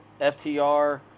FTR